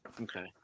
Okay